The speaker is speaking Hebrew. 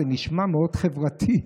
זה נשמע מאוד חברתי.